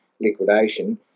liquidation